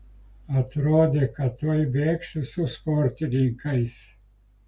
atrodė kad tuoj bėgsiu su sportininkais